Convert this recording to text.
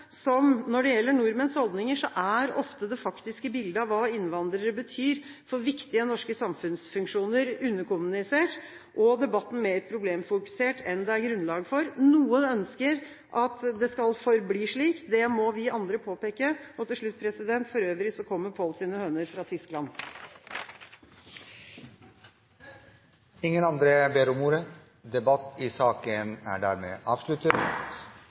som når det gjelder nordmenns holdninger, er det faktiske bildet av hva innvandrere betyr for viktige norske samfunnsfunksjoner, ofte underkommunisert, og debatten er mer problemfokusert enn det er grunnlag for. Noen ønsker at det skal forbli slik. Det må vi andre påpeke. Til slutt: For øvrig kommer «Pål sine høner» fra Tyskland. Flere har ikke bedt om ordet til sak nr. 1. Stortinget går da til votering. Under debatten er